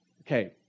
Okay